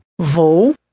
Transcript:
Vou